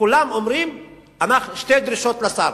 כולם אומרים שתי דרישות לשר,